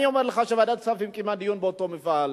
אני אומר לך שוועדת כספים קיימה דיון באותו מפעל.